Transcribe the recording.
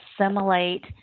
assimilate